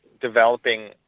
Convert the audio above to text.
developing